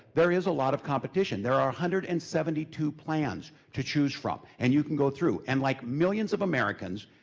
there is a lot of competition. there are one hundred and seventy two plans. to choose from. and you could go through. and like millions of americans,